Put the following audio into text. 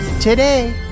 today